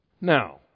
Now